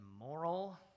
immoral